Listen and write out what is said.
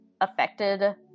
affected